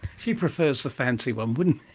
she prefers the fancy one, wouldn't